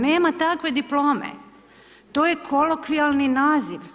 Nema takve diplome, to je kolokvijalni naziv.